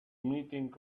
meeting